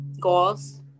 goals